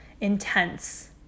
intense